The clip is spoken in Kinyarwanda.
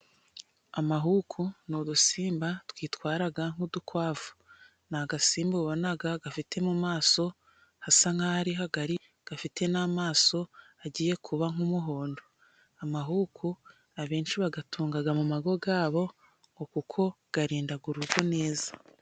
Amahuku ni udusimba twitwara nk'udukwavu, ni agasimba ubona gafite mu maso hasa nk'aho ari hagari, gafite n'amaso agiye kuba nk'umuhondo. Amahuku abenshi bayatunga mu ngo zabo, ngo kuko arinda urugo neza.